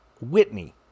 Whitney